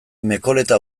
mekoleta